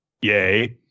Yay